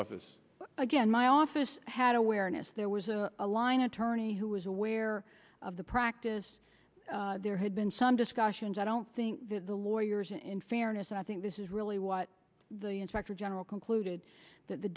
office again my office had awareness there was a a line attorney who was aware of the practice there had been some discussions i don't think the lawyers in fairness i think this is really what the inspector general concluded that the